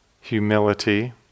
humility